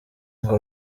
ngo